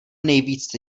nejvíc